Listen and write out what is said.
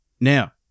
Now